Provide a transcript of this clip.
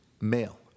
male